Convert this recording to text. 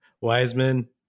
Wiseman